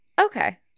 Okay